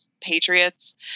Patriots